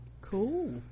cool